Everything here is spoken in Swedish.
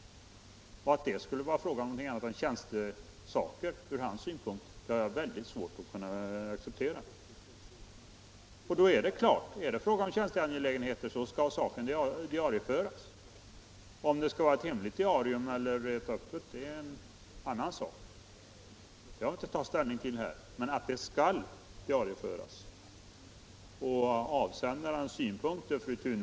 Att det i det här fallet skulle vara fråga om nå — skriftväxling med gonting annat än ett tjänstebrev sett ur statsministerns synpunkt har = utländsk regeringsjag svårt att acceptera. Är det fråga om tjänsteangelägenheter skall brevet — chef diarieföras, det är helt klart. Om det skall vara ett hemligt eller ett öppet diarium är en annan sak som jag inte kan ta ställning till här.